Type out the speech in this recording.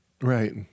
Right